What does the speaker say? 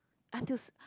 until